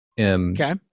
Okay